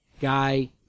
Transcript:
guy